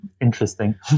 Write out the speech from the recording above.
Interesting